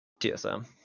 TSM